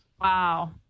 Wow